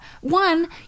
One